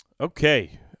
Okay